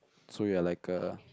so we are like a